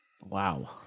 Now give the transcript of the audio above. Wow